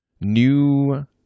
new